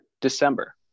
December